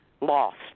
lost